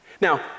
Now